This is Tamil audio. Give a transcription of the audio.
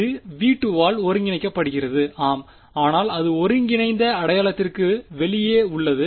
இது V2 இல் ஒருங்கிணைக்கப்படுகிறது ஆம் ஆனால் அது ஒருங்கிணைந்த அடையாளத்திற்கு வெளியே உள்ளது